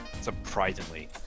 surprisingly